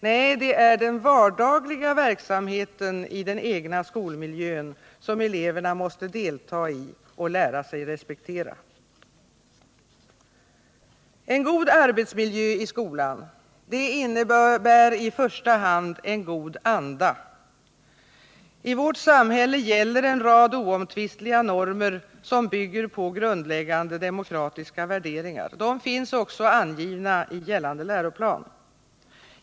Nej, det är den vardagliga verksamheten i den egna skolmiljön som eleverna måste delta i och lära sig respektera. En god arbetsmiljö i skolan — det innebär i första hand en god anda i skolan. I vårt samhälle gäller en rad oomtvistliga normer, som bygger på grundläggande demokratiska värderingar. De finns också angivna i gällande läroplan.